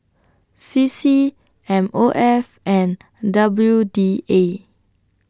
C C M O F and W D A